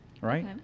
right